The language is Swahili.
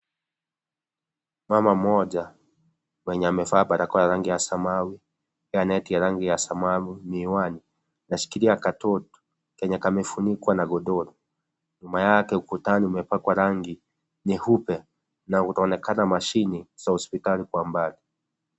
Mama mmoja mwenye amevaa barakoa ya rangi ya samawi na neti ya rangi ya samawi miwani anashikiria katoto kenye kamefunikwa na godoro nyuma yake ukutani umepakwa rangi nyeupe na kunaonekana mashini za hospitali kwa mbali.